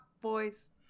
boys